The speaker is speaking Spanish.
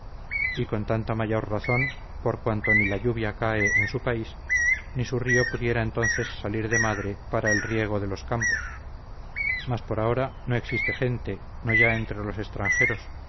y con tanta mayor razón por cuanto ni la lluvia cae en su país ni su río pudiera entonces salir de madre para el rico de los campos mas por ahora no existe gente no ya entre los extranjeros